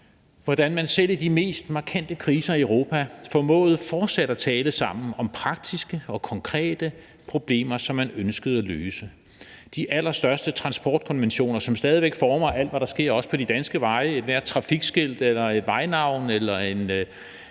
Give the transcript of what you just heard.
hvordan man selv i de mest markante kriser i Europa formåede fortsat at tale sammen om praktiske og konkrete problemer, som man ønskede at løse. De allerstørste transportkonventioner, som stadig væk former alt, hvad der sker på også de danske veje – trafikskilte, et vejnavn eller de